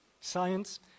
science